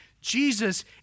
Jesus